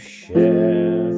share